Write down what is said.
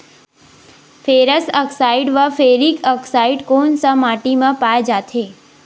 Ferrous oxide व ferric oxide कोन सा माटी म पाय जाथे?